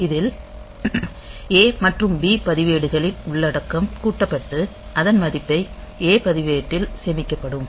இதில் A மற்றும் B பதிவேடுகளின் உள்ளடக்கம் கூட்டப்பட்டு அதன் மதிப்பை A பதிவேட்டில் சேமிக்கப்படும்